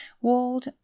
walled